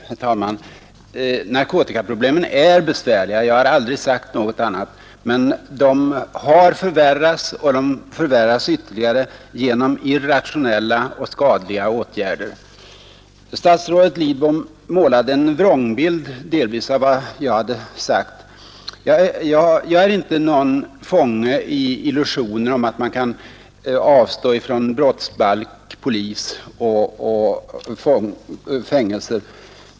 Herr talman! Narkotikaproblemen är besvärliga. Jag har aldrig sagt något annat, men de har förvärrats, och de förvärras ytterligare, genom irrationella och skadliga åtgärder. Statsrådet Lidbom målade delvis en vrångbild av vad jag hade sagt. Jag är inte någon fånge i illusioner om att man kan avstå från brottsbalk, polis och fängelser.